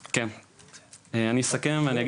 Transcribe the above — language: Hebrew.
אז אני אסכם את דבריי ואני רק אגיד